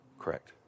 correct